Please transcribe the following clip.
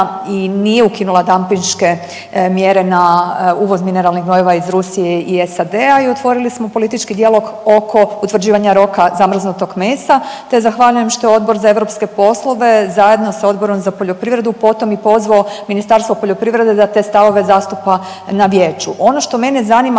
i nije ukinula dampinške mjere na uvoz mineralnih gnojiva iz Rusije i SAD-a i otvorili smo politički dijalog oko utvrđivanja roka zamrznutog mesa te zahvaljujem što je Odbor za europske poslove zajedno sa Odborom za poljoprivredu potom i pozvao Ministarstvo poljoprivrede da te stavove zastupa na Vijeću. Ono što mene zanima